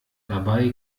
dabei